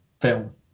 film